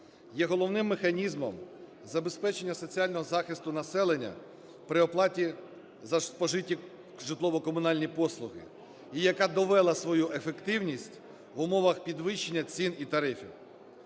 є головним механізмом забезпечення соціального захисту населення при оплаті за спожиті житлово-комунальні послуги і яка довела свою ефективність в умовах підвищення цін і тарифів.